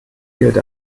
gilt